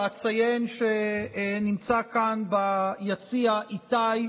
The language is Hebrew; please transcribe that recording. אציין שנמצא כאן ביציע איתי,